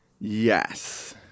Yes